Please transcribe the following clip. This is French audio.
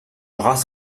rase